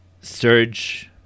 surge